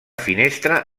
finestra